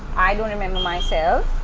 i don't remember myself.